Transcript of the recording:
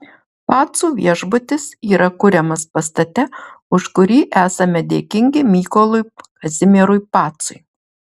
pacų viešbutis yra kuriamas pastate už kurį esame dėkingi mykolui kazimierui pacui